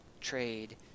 Trade